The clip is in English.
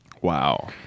Wow